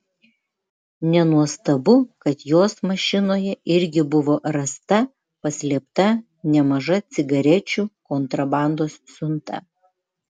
nenuostabu kad jos mašinoje irgi buvo rasta paslėpta nemaža cigarečių kontrabandos siunta